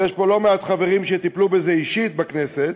ויש פה לא מעט חברים שטיפלו בזה אישית בכנסת,